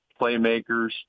playmakers